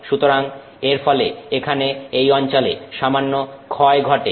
সুতরাং এর ফলে এখানে এই অঞ্চলে সামান্য ক্ষয় ঘটে